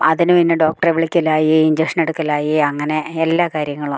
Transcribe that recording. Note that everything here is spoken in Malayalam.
അതിന് പിന്നെ ഡോക്ടറെ വിളിക്കലായി ഇഞ്ചക്ഷനെടുക്കലായി അങ്ങനെ എല്ലാ കാര്യങ്ങളും